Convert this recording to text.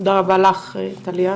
תודה רבה לך טליה,